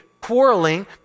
quarreling